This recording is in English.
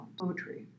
poetry